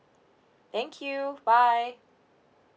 thank you bye